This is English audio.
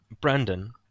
Brandon